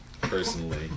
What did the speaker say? personally